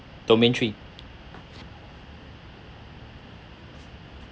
domain three